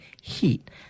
heat